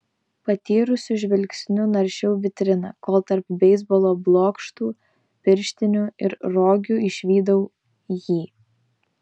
patyrusiu žvilgsniu naršiau vitriną kol tarp beisbolo blokštų pirštinių ir rogių išvydau jį